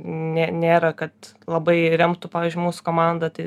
nė nėra kad labai remtų pavyzdžiui mūsų komandą tai